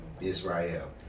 Israel